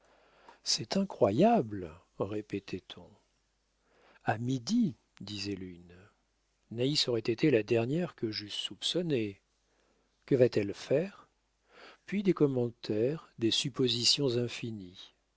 c'est incroyable répétait on a midi disait l'une naïs aurait été la dernière que j'eusse soupçonnée que va-t-elle faire puis des commentaires des suppositions infinies